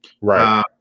Right